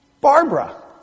Barbara